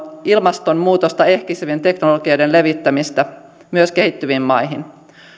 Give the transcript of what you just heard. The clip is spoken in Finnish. ilmastonmuutosta ehkäisevien teknologioiden levittämistä myös kehittyviin maihin